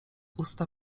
usta